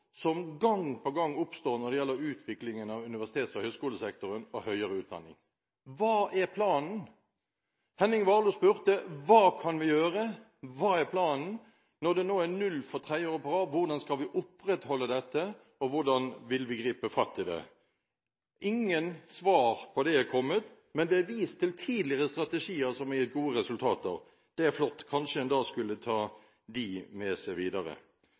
når det gjelder utviklingen av universitets- og høyskolesektoren og høyere utdanning. Hva er planen? Henning Warloe spurte: Hva kan vi gjøre? Hva er planen når det nå er null for tredje år på rad? Hvordan skal vi opprettholde dette? Og hvordan vil vi gripe fatt i det? Ingen svar på det er kommet, men det blir vist til tidligere strategier som har gitt gode resultater. Det er flott! Kanskje en skulle ta det med seg videre?